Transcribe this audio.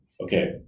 Okay